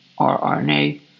rRNA